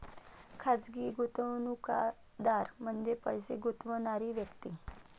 खाजगी गुंतवणूकदार म्हणजे पैसे गुंतवणारी व्यक्ती